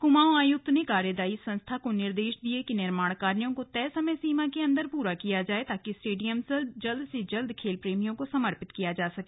कुमाऊं आयुक्त ने कार्यदायी संस्था को निर्देश दिए कि निर्माण कार्यो को तय समय सीमा के अंदर किया जाय ताकि स्टेडियम जल्द से जल्द खेल प्रेमियों को समर्पित किया जा सके